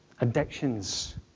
Addictions